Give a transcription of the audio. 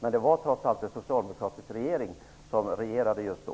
Men det var trots allt socialdemokraterna som regerade just då.